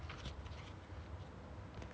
all the food all the street food